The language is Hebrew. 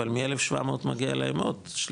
אבל מ-1,700 מגיע להם עוד שליש,